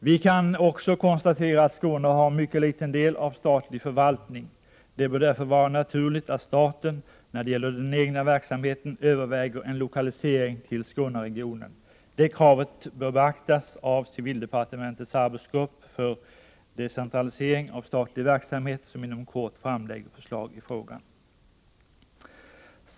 Vi kan också konstatera att Skåne har mycket liten del av statlig förvaltning. Det bör därför vara naturligt att staten, när det gäller den egna verksamheten, överväger en lokalisering till Skåneregionen. Det kravet bör beaktas av civildepartementets arbetsgrupp för decentralisering av statlig verksamhet, som inom kort framlägger förslag i frågan.